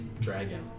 dragon